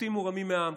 שופטים מורמים מעם,